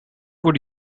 would